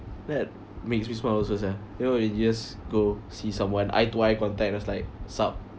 that makes me smile also sia you know when you just go see someone eye to eye contact just like sup